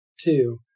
two